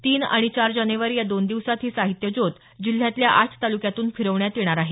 तीन आणि चार जानेवारी या दोन दिवसात ही साहित्य ज्योत जिल्ह्यातल्या आठ तालुक्यातून फिरवण्यात येणार आहे